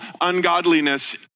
ungodliness